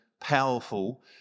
powerful